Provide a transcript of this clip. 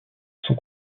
sont